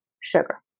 sugar